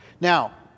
Now